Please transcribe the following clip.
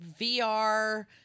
VR